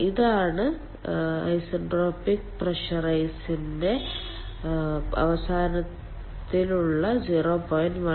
ഇതാണ് ഐസെൻട്രോപിക് പ്രഷറൈസിന്റെ അവസാനത്തിലുള്ള 0